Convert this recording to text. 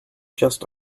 just